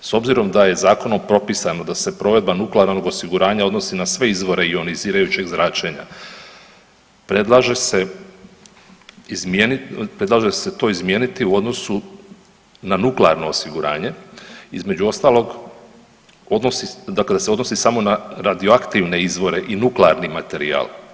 S obzirom da je zakonom propisano da se provedba nuklearnog osiguranja odnosi na sve izvore ionizirajućeg zračenja predlaže se to izmijeniti u odnosu na nuklearno osiguranje između ostalog dakle da se odnosi samo na radioaktivne izvore i nuklearni materijal.